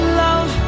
love